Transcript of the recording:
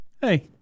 hey